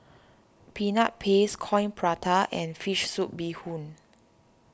Peanut Paste Coin Prata and Fish Soup Bee Hoon